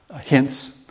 hints